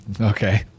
Okay